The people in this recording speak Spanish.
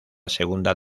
segunda